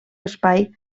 espai